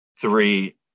three